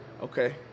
okay